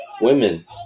women